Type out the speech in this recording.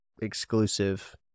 exclusive